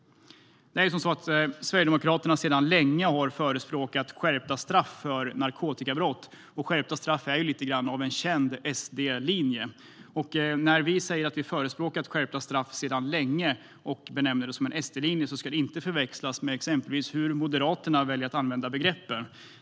Sverigedemokraterna har sedan länge förespråkat skärpta straff för narkotikabrott, och skärpta straff är lite grann av en känd SD-linje. När vi säger att vi har förespråkat skärpta straff sedan länge och benämner det som en SD-linje ska det inte förväxlas med hur exempelvis Moderaterna väljer att använda begreppen.